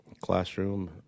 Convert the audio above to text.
classroom